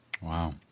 Wow